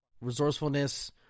resourcefulness